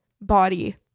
body